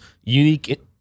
unique